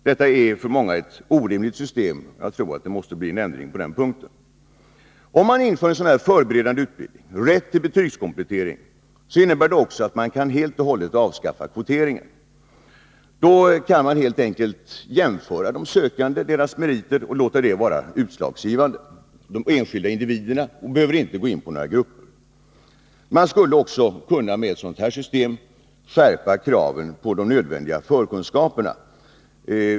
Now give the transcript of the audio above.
Detta är för många ett orimligt system. Jag tror att det måste bli en ändring på den punkten. Om man inför en förberedande utbildning med rätt till betygskomplettering kan man helt och hållet avskaffa kvoteringen. Då kan man helt enkelt jämföra de sökande och deras meriter och låta det vara utslagsgivande. De enskilda individerna behöver inte gå in i några grupper. Med ett sådant system skulle man också kunna skärpa kraven på de nödvändiga förkunskaperna.